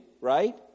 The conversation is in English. right